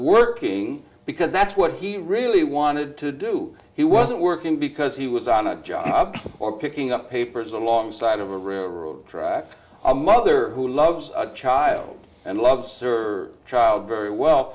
working because that's what he really wanted to do he wasn't working because he was on a job or picking up papers along side of a river road track a mother who loves a child and loves served a child very well